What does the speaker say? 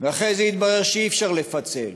ואחרי זה התברר שאי-אפשר לפצל,